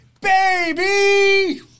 Baby